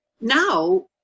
Now